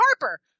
Harper